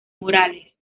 morales